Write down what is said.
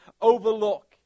overlook